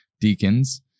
deacons